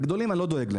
לגדולים אני לא דואג.